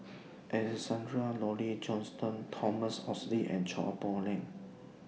Alexander Laurie Johnston Thomas Oxley and Chua Poh Leng